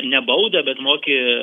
ne baudą bet moki